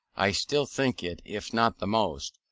i still think it, if not the most,